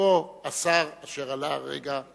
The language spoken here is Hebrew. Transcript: כמו השר אשר עלה הרגע לבמה,